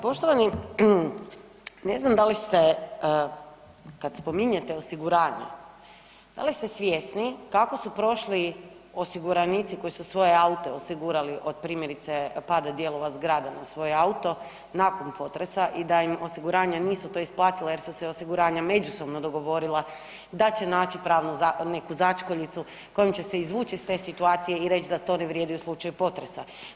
Poštovani, ne znam da li ste kad spominjete osiguranje, da li ste svjesni kako su prošli osiguranici koji su svoje aute osigurali od primjerice pada dijelova zgrada na svoje auto nakon potresa i da im osiguranja nisu to isplatila jer su se osiguranja međusobno dogovorila da će naći pravnu neku začkoljicu kojom će se izvuć iz te situacije i reć da to ne vrijedi u slučaju potresa?